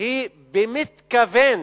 היא במתכוון